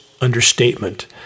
understatement